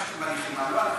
השתמשתם בלחימה, לא אנחנו.